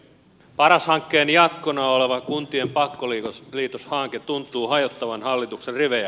paras hankkeen jatkona oleva kuntien pakkoliitoshanke tuntuu hajottavan hallituksen rivejä